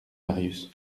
marius